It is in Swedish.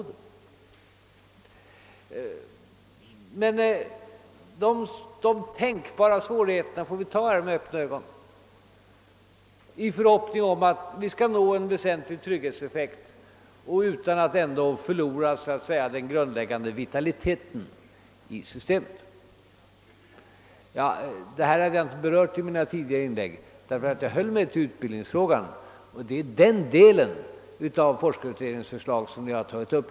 De svårigheter som kan tänkas får vi ta med öppna ögon i förhoppning om att vi skall nå en väsentlig trygghetseffekt utan att förlora den grundläggande vitaliteten i systemet. Detta har jag inte berört i mina tidigare inlägg, eftersom jag då höll mig till utbildningsfrågan, som är den del av forskarutredningens förslag som vi har tagit upp.